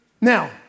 Now